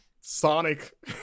Sonic